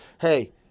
hey